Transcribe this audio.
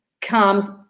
comes